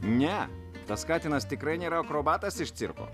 ne tas katinas tikrai nėra akrobatas iš cirko